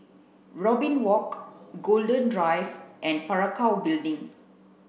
Robin Walk Golden Drive and Parakou Building